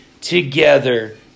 together